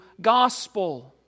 gospel